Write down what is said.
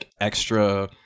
extra